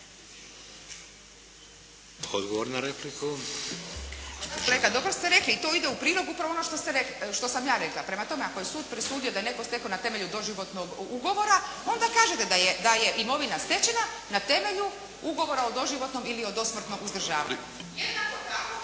(SDP)** Kolega, dobro ste rekli i to ide u prilog upravo onome što sam ja rekla. Prema tome, ako je sud presudio da je netko stekao na temelju doživotnog ugovora onda kažete da je imovina stečena na temelju ugovora o dosmrtnom ili o doživotnom uzdržavanju